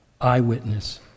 eyewitness